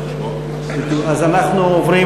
אז אנחנו עוברים